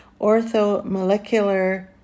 orthomolecular